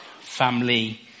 family